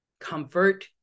comfort